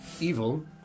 evil